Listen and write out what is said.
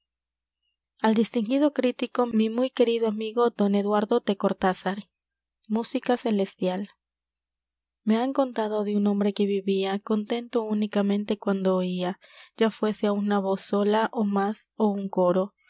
al distinguido crítico mi muy querido amigo don eduardo de cortázar música celestial me han contado de un hombre que vivía contento únicamente cuando oía ya fuese á una voz sola ó más ó un coro